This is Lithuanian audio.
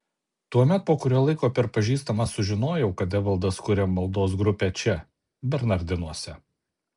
tuomet po kurio laiko per pažįstamą sužinojau kad evaldas kuria maldos grupę čia bernardinuose